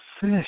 fish